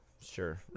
Sure